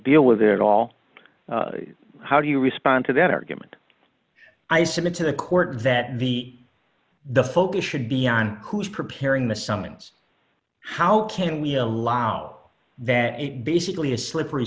deal with it at all how do you respond to that argument i submit to the court that the the focus should be on who's preparing the summons how can we allow that basically a slippery